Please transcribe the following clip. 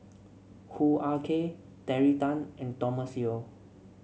Hoo Ah Kay Terry Tan and Thomas Yeo